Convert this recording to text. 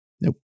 Nope